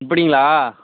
அப்படிங்களா